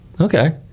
Okay